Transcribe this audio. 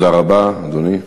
אדוני היושב-ראש,